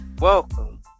Welcome